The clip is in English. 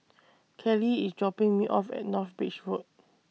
Keli IS dropping Me off At North Bridge Road